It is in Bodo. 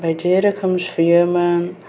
बायदि रोखोम सुयोमोन